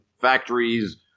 factories